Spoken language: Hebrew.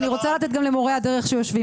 אנחנו רוצים לעבור למורי הדרך.